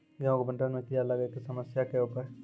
गेहूँ के भंडारण मे कीड़ा लागय के समस्या के उपाय?